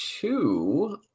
two